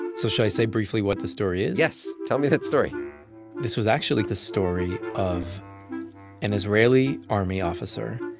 so should i say briefly what the story is? yes, tell me that story this was actually the story of an israeli army officer.